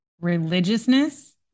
religiousness